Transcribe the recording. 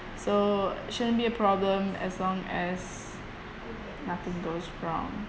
so shouldn't be a problem as long as nothing goes wrong